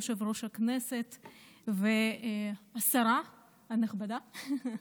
יושב-ראש הכנסת והשרה הנכבדה,